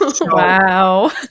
Wow